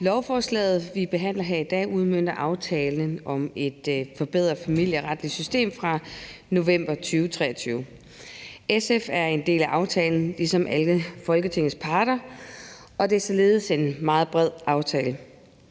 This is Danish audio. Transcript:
Lovforslaget, vi behandler her i dag, udmønter aftalen om et forbedret familieretligt system fra november 2023. SF er en del af aftalen ligesom alle Folketingets parter, og det er således en meget bred aftale.